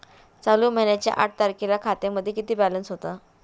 चालू महिन्याच्या आठ तारखेला खात्यामध्ये किती बॅलन्स होता?